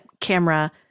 camera